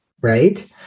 Right